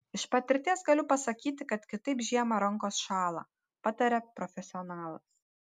iš patirties galiu pasakyti kad kitaip žiemą rankos šąla pataria profesionalas